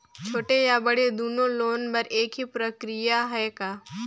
छोटे या बड़े दुनो लोन बर एक ही प्रक्रिया है का?